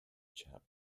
chap